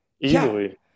easily